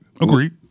Agreed